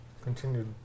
continued